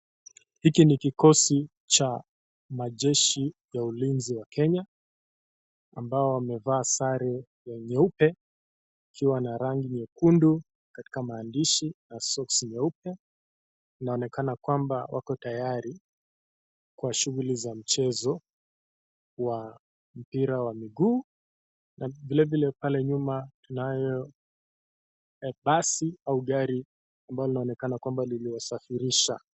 Hiki ni kikosi cha majeshi ya ulinzi wa kenya ambao wamevaa sare ya nyeupe ikiwa na rangi nyekundu katika maandishi na soksi nyeupe. Inaonekana kwamba wako tayari kwa shughuli za mchezo wa mpira wa miguu na vilevile pale nyuma tunayo basi au gari ambalo linaonekana kwamba liliwasafirisha.